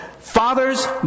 Fathers